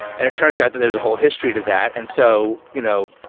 and it turns out that there's a whole history to that and so, you know,